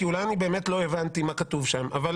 כי אולי אני באמת לא הבנתי מה כתוב שם אבל